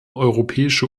europäische